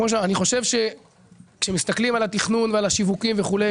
אם מסתכלים על התכנון, על השיווקים וכו',